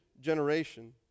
generation